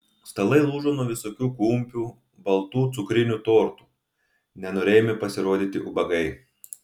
stalai lūžo nuo visokių kumpių baltų cukrinių tortų nenorėjome pasirodyti ubagai